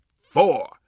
four